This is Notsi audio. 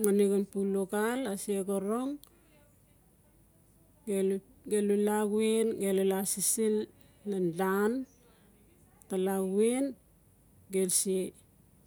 Ngani xan pu luxaal ase xorong gelu laa wen gelu laa sisil nan daan tala wen. Gelu se